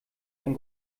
ein